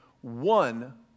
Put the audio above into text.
one